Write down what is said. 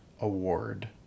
Award